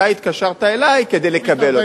אתה התקשרת אלי כדי לקבל אותה.